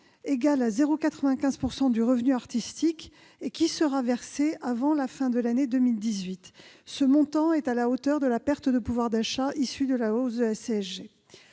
égale à 0,95 % du revenu artistique. Elle sera versée avant la fin de l'année 2018. Ce montant est à la hauteur de la perte de pouvoir d'achat issue de la hausse de la CSG.